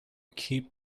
keep